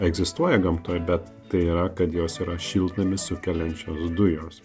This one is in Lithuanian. egzistuoja gamtoje bet tai yra kad jos yra šiltnamio sukeliančios dujos